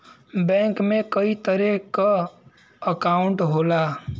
bank में कई तरे क अंकाउट होला